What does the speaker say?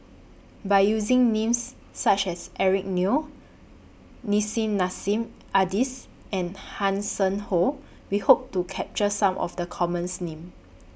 By using Names such as Eric Neo Nissim Nassim Adis and Hanson Ho We Hope to capture Some of The commons name